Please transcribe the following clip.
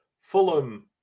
Fulham